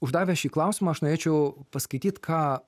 uždavęs šį klausimą aš norėčiau paskaityt ką